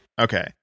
Okay